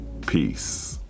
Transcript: Peace